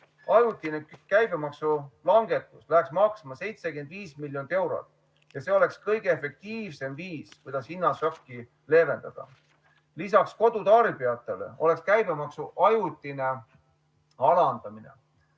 Ajutine käibemaksulangetus läheks maksma 75 miljonit eurot ja see oleks kõige efektiivsem viis, kuidas hinnašokki leevendada. Lisaks kodutarbijatele oleks käibemaksu ajutine alandamine